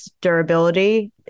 durability